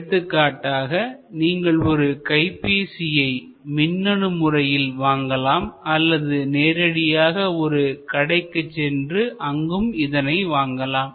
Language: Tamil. எடுத்துக்காட்டாக நீங்கள் ஒரு கைப்பேசியை மின்னணு முறையிலும் வாங்கலாம் அல்லது நேரடியாக ஒரு கடைக்குச் சென்று அங்கும் இதனை வாங்கலாம்